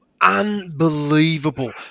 unbelievable